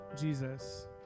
Jesus